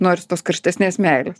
noris tos karštesnės meilės